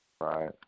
Right